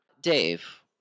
Dave